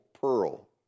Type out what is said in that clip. pearl